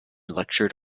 lectured